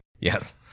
Yes